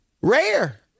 Rare